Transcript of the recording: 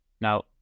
Now